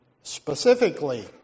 specifically